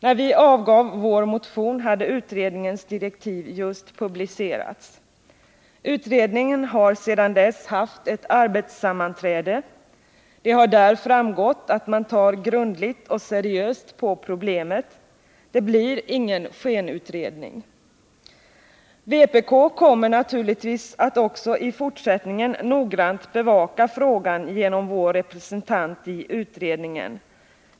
När vi avgav vår motion hade utredningens direktiv just publicerats. Utredningen har sedan dess haft ett arbetssammanträde. Det har där framgått att man tar grundligt och seriöst på problemet. Det blir ingen skenutredning. Vpk kommer naturligtvis att också i fortsättningen noggrant bevaka frågan genom dess representant i utredningen.